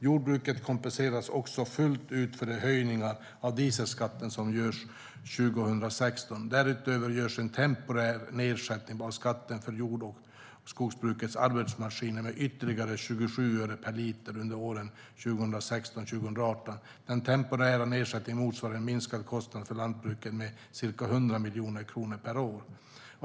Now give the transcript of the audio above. Jordbruket kompenseras också fullt ut för de höjningar av dieselskatten som görs 2016. Därutöver görs en temporär nedsättning av skatten för jord och skogsbrukets arbetsmaskiner med ytterligare 27 öre per liter under åren 2016-2018. Den temporära nedsättningen motsvarar en minskad kostnad för lantbruket med ca 100 miljoner kronor per år.